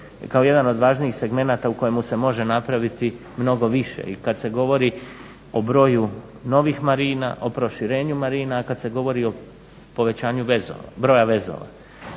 kao jedan od važnijih segmenata u kojemu se može napraviti mnogo više i kad se govori o broju novih marina, o proširenju marina, a kad se govori i o povećanju broja vezova.